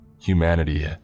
Humanity